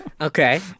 Okay